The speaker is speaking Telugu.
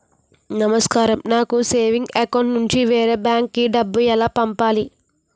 నమస్కారం నాకు సేవింగ్స్ అకౌంట్ నుంచి వేరే బ్యాంక్ కి డబ్బు ఎలా పంపాలి?